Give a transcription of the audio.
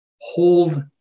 hold